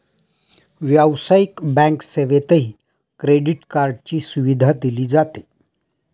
व्यावसायिक बँक सेवेतही क्रेडिट कार्डची सुविधा दिली जाते